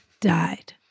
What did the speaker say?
died